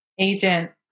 Agent